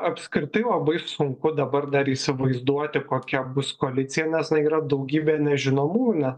apskritai labai sunku dabar dar įsivaizduoti kokia bus koalicija nes yra daugybė nežinomųjų net